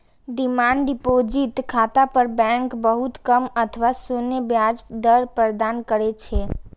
demand deposit खाता पर bank बहुत कम अथवा शून्य ब्याज दर प्रदान करै छै